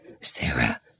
Sarah